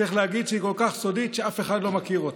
צריך להגיד שהיא כל כך סודית שאף אחד לא מכיר אותה.